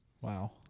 Wow